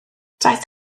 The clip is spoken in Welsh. daeth